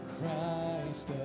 Christ